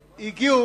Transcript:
מה זה סיעות ערביות?